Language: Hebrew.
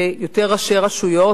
ויותר ראשי רשויות,